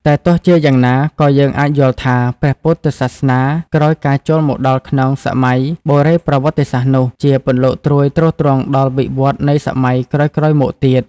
តែទោះជាយ៉ាងណា ក៏យើងអាចយល់ថា ព្រះពុទ្ធសាសនាក្រោយការចូលមកដល់ក្នុងសម័យបុរេប្រវត្តិសាស្ត្រនោះ ជាពន្លកត្រួយទ្រទ្រង់ដល់វិវឌ្ឍន៍នៃសម័យក្រោយៗមកទៀត ។